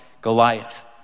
Goliath